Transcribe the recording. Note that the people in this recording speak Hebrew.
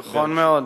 נכון מאוד.